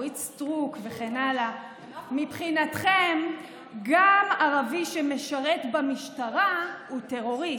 אורית סטרוק וכן הלאה מבחינתכם גם ערבי שמשרת במשטרה הוא טרוריסט.